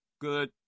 Good